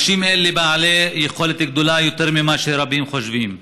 אנשים אלה הם בעלי יכולת גדולה יותר ממה שרבים חושבים,